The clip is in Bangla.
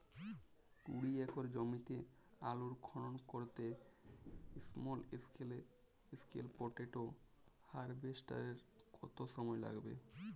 কুড়ি একর জমিতে আলুর খনন করতে স্মল স্কেল পটেটো হারভেস্টারের কত সময় লাগবে?